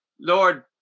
Lord